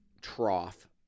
trough